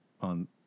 on